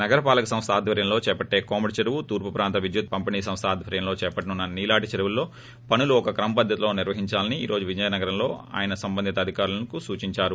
నగర పాలక సంస్థ ఆధ్వర్యంలో చేపట్టే కోమటి చెరువు తూర్పు ప్రాంత విద్యుత్ పంపిణీ సంస్థ ఆధ్వర్యంలో చేపట్టనున్న నీలాటి చెరువుల్లో పనులు ఒక క్రమపద్గతిలో నిర్వహించాలని ఈ రోజు విజయనగరంలో ఆయన సంబంధిత అధికారులకు సూచించారు